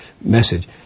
message